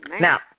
Now